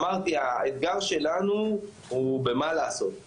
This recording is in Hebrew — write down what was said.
אמרתי: האתגר שלנו הוא במה לעשות,